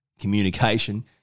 communication